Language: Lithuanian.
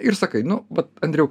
ir sakai nu vat andriau